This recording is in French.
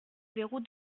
verrou